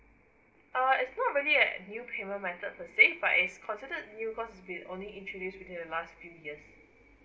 alright it's not really a new payment method for say but it's considered new because we only introduce within a last few years